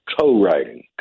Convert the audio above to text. co-writing